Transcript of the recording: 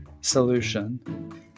solution